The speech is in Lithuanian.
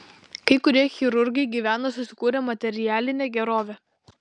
kai kurie chirurgai gyvena susikūrę materialinę gerovę